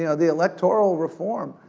you know the electoral reform.